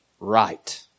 right